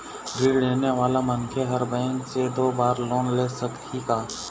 ऋण लेने वाला मनखे हर बैंक से दो बार लोन ले सकही का?